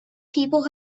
people